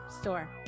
store